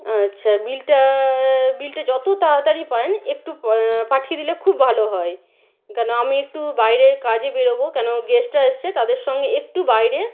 আচ্ছা বিলটা বিলটা যত তাড়াতাড়ি পারেন একটু পা পাঠিয়ে দিলে খুব ভালো হয় কারণ আমি একটু বাইরের কাজে বেরোব কেনো গেস্টরা এসছে তাদের সঙ্গে একটু বাইরে